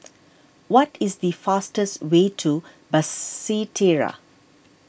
what is the fastest way to Basseterre